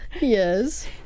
Yes